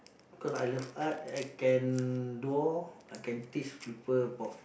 cause I love art I can draw I can teach people about